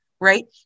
Right